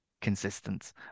consistent